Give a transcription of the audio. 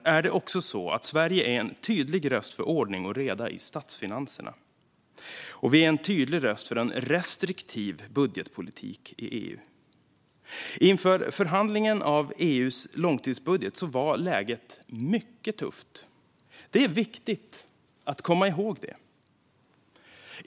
Sverige är också en tydlig röst för ordning och reda i statsfinanserna, och vi är en tydlig röst för restriktiv budgetpolitik i EU. Inför förhandlingen av EU:s långtidsbudget var läget mycket tufft. Det är viktigt att komma ihåg det.